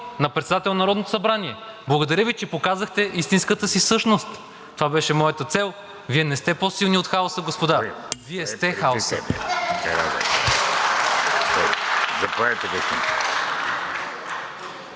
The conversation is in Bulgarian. на председател на Народното събрание. Благодаря Ви, че показахте истинската си същност. Това беше моята цел. Вие не сте по-силни от хаоса, господа. Вие сте хаосът.